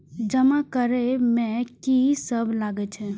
जमा करे में की सब लगे छै?